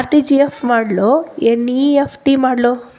RTGS ಮಾಡ್ಲೊ NEFT ಮಾಡ್ಲೊ?